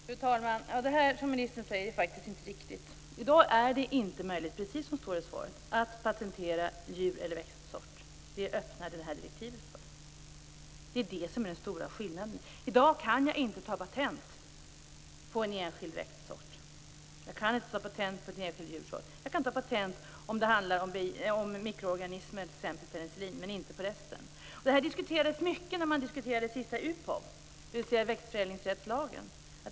Fru talman! Det som ministern säger är faktiskt inte riktigt. Precis som det står i svaret är det i dag inte möjligt att patentera djur eller växtsorter. Men direktivet öppnar för detta. Det är det som är den stora skillnaden. I dag kan man inte ta patent på en enskild växtsort eller på en enskild djursort. Man kan ta patent på t.ex. mikroorganismer för penicillin, men inte på resten. Detta diskuterades mycket i samband med den senaste UPOV, dvs. växtförädlingsrättslagen.